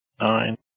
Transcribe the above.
nine